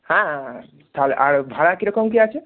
হ্যাঁ হ্যাঁ হ্যাঁ তাহলে আর ভাড়া কীরকম কী আছে